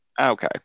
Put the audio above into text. Okay